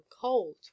cold